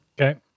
Okay